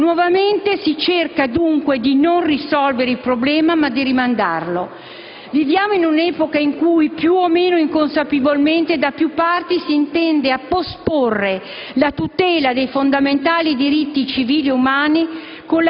dunque, si cerca, non di risolvere il problema, ma di rimandarlo. Viviamo in un'epoca in cui, più o meno inconsapevolmente, da più parti si tende a posporre la tutela dei fondamentali diritti civili ed umani